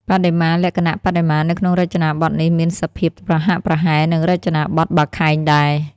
បដិមា លក្ខណៈបដិមានៅក្នុងរចនាបថនេះមានសភាពប្រហាក់ប្រហែលនឹងរចនាបថបាខែងដែរ ។